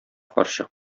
карчык